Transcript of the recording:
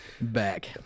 Back